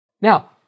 Now